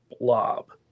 blob